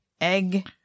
Egg